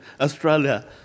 Australia